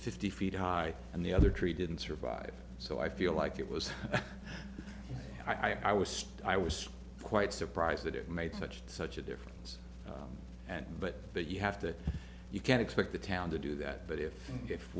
fifty feet high and the other tree didn't survive so i feel like it was i was i was quite surprised that it made such such a difference but that you have to you can't expect the town to do that but if if